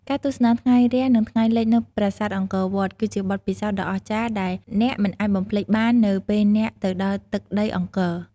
ការទស្សនាថ្ងៃរះ និងថ្ងៃលិចនៅប្រាសាទអង្គរវត្ត គឺជាបទពិសោធន៍ដ៏អស្ចារ្យដែលអ្នកមិនអាចបំភ្លេចបាននៅពេលអ្នកទៅដល់ទឹកដីអង្គរ។